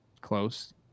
close